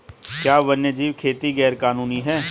क्या वन्यजीव खेती गैर कानूनी है?